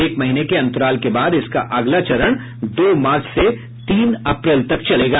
एक महीने के अंतराल के बाद इसका अगला चरण दो मार्च से तीन अप्रैल तक चलेगा